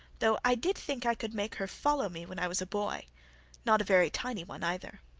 though i did think i could make her follow me when i was a boy not a very tiny one either.